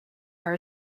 are